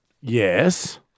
Yes